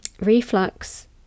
reflux